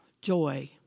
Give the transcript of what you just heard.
joy